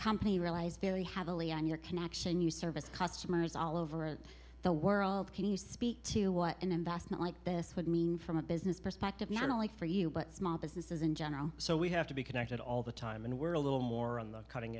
company realize they have only on your connection you service customers all over the world can you speak to what can and that's not like this would mean from a business perspective not only for you but small businesses in general so we have to be connected all the time and we're a little more on the cutting